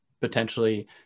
potentially